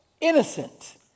innocent